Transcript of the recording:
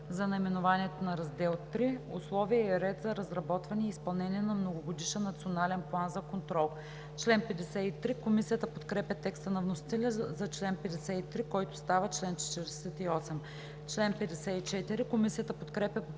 за наименованието на Раздел III – „Условия и ред за разработване и изпълнение на Многогодишен национален план за контрол“. Комисията подкрепя текста на вносителя за чл. 53, който става чл. 48. Комисията подкрепя